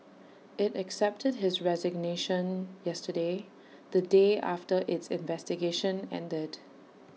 IT accepted his resignation yesterday the day after its investigation ended